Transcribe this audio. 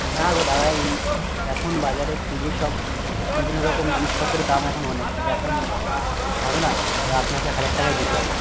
না গো দাদা এই এখন বাজারে ফ্রিজের সব বিভিন্ন রকম জিনিসপত্রের দাম এখন অনেক এখন হবে না দাদা আপনাকে হাজার টাকাই দিতে হবে